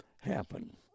happen